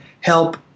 help